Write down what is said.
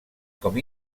com